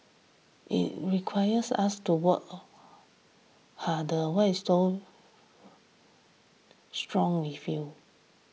it requires us to work harder strong interview